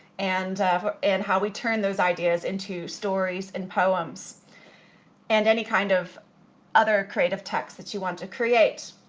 and and how we turn those ideas into stories and poems and any kind of other creative texts that you want to create.